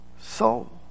soul